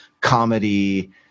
comedy